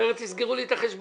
אחרת יסגרו לי את החשבון.